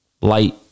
light